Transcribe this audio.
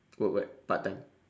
work what part time